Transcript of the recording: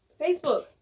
Facebook